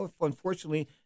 Unfortunately